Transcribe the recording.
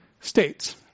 states